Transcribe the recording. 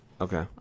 Okay